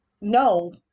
no